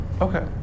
Okay